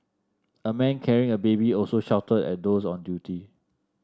a man carrying a baby also shouted at those on duty